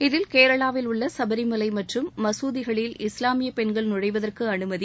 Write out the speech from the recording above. இதில் கேரளாவில் உள்ள சபரிமலை மற்றும் மசூதிகளில் இஸ்லாமிய பெண்கள் நுழைவதற்கு அனுமதி